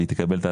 היא תקבל א,